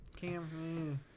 Cam